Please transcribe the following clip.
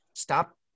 stop